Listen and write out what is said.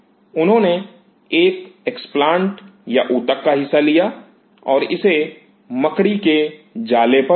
उन्होंने एक एक्सप्लांट्स या ऊतक का हिस्सा लिया और इसे मकड़ी के जाले पर उगाया